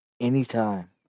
Anytime